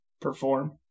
perform